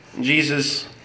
Jesus